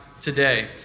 today